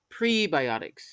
prebiotics